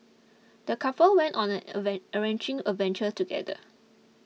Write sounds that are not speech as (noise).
the couple went on an (unintelligible) enriching adventure together